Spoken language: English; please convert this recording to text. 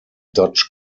dodge